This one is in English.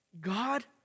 God